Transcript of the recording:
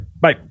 Bye